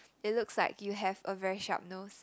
it looks like you have a very sharp nose